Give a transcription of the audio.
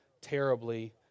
terribly